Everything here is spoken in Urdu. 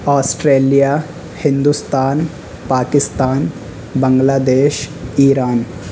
Australia Hindustan Pakistan Bangladesh Iran